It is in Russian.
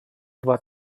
два